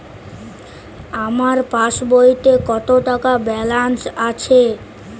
আমার পাসবইতে কত টাকা ব্যালান্স আছে?